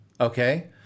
Okay